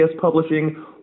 publishing